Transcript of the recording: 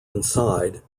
inside